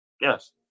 Yes